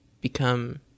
become